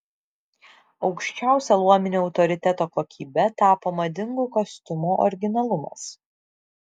aukščiausia luominio autoriteto kokybe tapo madingų kostiumų originalumas